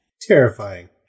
Terrifying